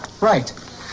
Right